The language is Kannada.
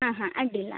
ಹಾಂ ಹಾಂ ಅಡ್ಡಿಲ್ಲ